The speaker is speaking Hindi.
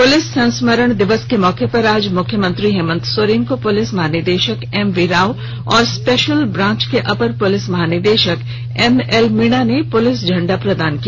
पुलिस संस्मरण दिवस के मौके पर आज मुख्यमंत्री हेमन्त सोरेन को पुलिस महानिदेशकएम वी राव और स्पेशल ब्रांच के अपर पुलिस महानिदेशक एम एल मीणा ने पुलिस झंडा प्रदान किया